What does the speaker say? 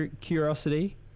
Curiosity